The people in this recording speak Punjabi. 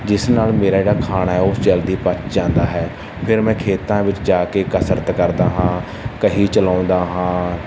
ਜਿਸ ਨਾਲ ਮੇਰਾ ਜਿਹੜਾ ਖਾਣਾ ਹੈ ਉਹ ਜਲਦੀ ਪਚ ਜਾਂਦਾ ਹੈ ਫਿਰ ਮੈਂ ਖੇਤਾਂ ਵਿੱਚ ਜਾ ਕੇ ਕਸਰਤ ਕਰਦਾ ਹਾਂ ਕਹੀ ਚਲਾਉਂਦਾ ਹਾਂ